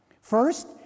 First